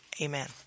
Amen